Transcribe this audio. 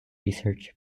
research